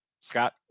Scott